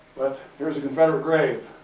here's a confederate grave,